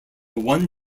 one